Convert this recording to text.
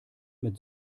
mit